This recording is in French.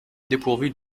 dépourvu